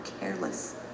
careless